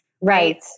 Right